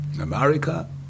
America